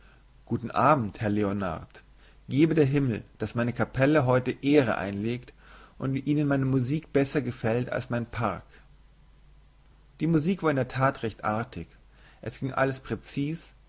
guten abend herr leonard gebe der himmel daß meine kapelle heute ehre einlegt und meine musik ihnen besser gefällt als mein park die musik war in der tat recht artig es ging alles präzis